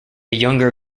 younger